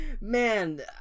man